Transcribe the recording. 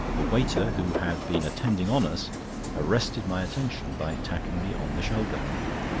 the waiter who had been attending on us arrested my attention by tapping me on the shoulder.